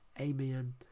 amen